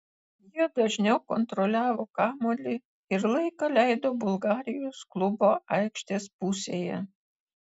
jie dažniau kontroliavo kamuolį ir laiką leido bulgarijos klubo aikštės pusėje